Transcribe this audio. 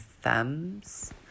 thumbs